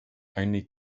only